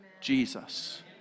Jesus